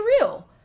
real